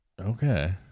Okay